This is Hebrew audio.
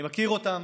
אני מכיר אותם.